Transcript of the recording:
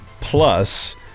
Plus